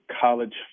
college